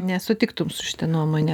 nesutiktum su šita nuomone